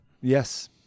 Yes